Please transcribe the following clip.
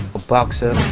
a boxer.